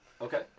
Okay